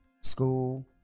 school